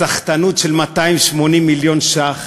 אבל הסחטנות של 280 מיליון שקל,